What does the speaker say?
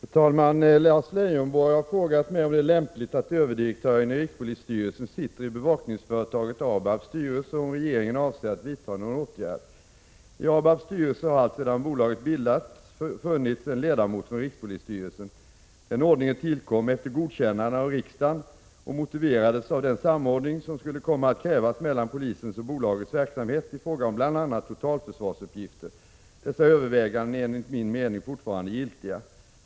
Fru talman! Lars Leijonborg har frågat mig om det är lämpligt att överdirektören i rikspolisstyrelsen sitter i bevakningsföretaget ABAB:s styrelse och om regeringen avser att vidta någon åtgärd. I ABAB:s styrelse har alltsedan bolaget bildades funnits en ledamot från rikspolisstyrelsen. Denna ordning tillkom efter godkännande av riksdagen och motiverades av den samordning som skulle komma att krävas mellan polisens och bolagets verksamhet i fråga om bl.a. totalförsvarsuppgifter. Dessa överväganden är enligt min mening fortfarande giltiga.